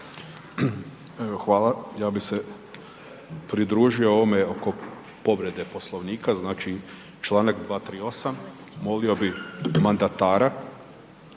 hvala. Ja bi se pridružio ovome oko povrede Poslovnika, znači Članak 238. molio bi mandatara